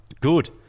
Good